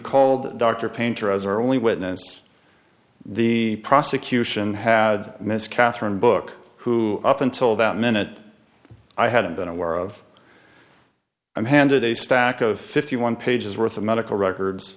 called dr painter as or only witness the prosecution had miss katherine book who up until that minute i hadn't been aware of i'm handed a stack of fifty one pages worth of medical records